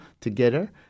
together